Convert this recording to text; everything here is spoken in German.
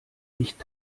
nicht